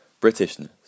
Britishness